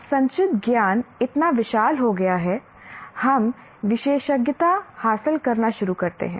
अब संचित ज्ञान इतना विशाल हो गया है हम विशेषज्ञता हासिल करना शुरू करते हैं